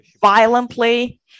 violently